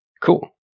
Cool